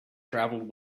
travelled